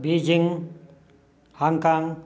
Beijing Hong Kong